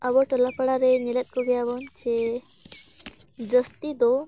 ᱟᱵᱚ ᱴᱚᱞᱟ ᱯᱟᱲᱟᱨᱮ ᱧᱮᱞᱮᱫ ᱠᱚᱜᱮᱭᱟᱵᱚᱱ ᱡᱮ ᱡᱟᱹᱥᱛᱤ ᱫᱚ